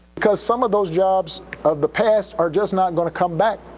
because some of those jobs of the past are just not gonna come back.